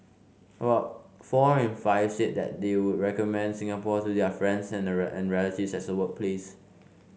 about four in five said they would recommend Singapore to their friends and and relatives as a workplace